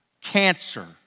Cancer